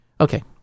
Okay